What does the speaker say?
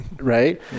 right